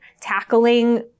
tackling